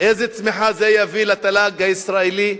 איזו צמיחה זה יביא לתל"ג הישראלי?